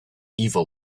evil